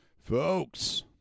Folks